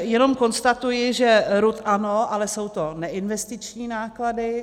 Jen konstatuji, že RUD ano, ale jsou to neinvestiční náklady.